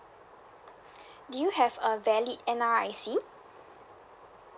do you have a valid N_R_I_C